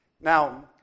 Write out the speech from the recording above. Now